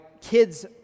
kids